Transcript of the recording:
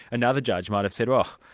another judge might have said, oh,